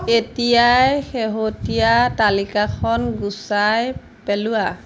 এতিয়াই শেহতীয়া তালিকাখন গুচাই পেলোৱা